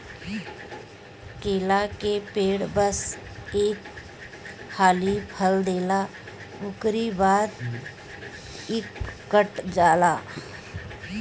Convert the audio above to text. केला के पेड़ बस एक हाली फल देला उकरी बाद इ उकठ जाला